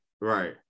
Right